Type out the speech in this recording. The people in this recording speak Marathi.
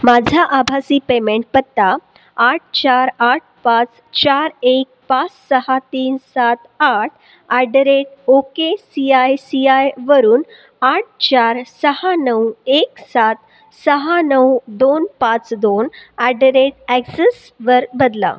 माझा आभासी पेमेंट पत्ता आठ चार आठ पाच चार एक पाच सहा तीन सात आठ at the rate O K C I C आयवरून आठ चार सहा नऊ एक सात सहा नऊ दोन पाच दोन अट द रेट अक्सिसवर बदला